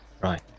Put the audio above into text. Right